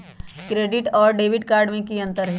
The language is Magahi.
क्रेडिट कार्ड और डेबिट कार्ड में की अंतर हई?